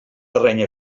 terreny